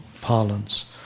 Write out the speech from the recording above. parlance